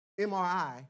MRI